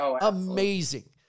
amazing